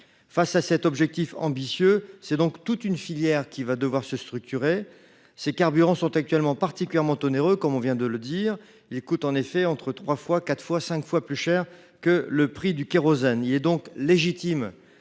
Face à cet objectif ambitieux, c’est donc toute une filière qui va devoir se structurer. Ces carburants sont actuellement particulièrement onéreux, cela vient d’être dit : ils coûtent en effet entre trois et cinq fois plus cher que le kérosène. Il est donc légitime